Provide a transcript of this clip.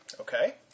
Okay